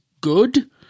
good